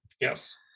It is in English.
Yes